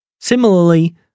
Similarly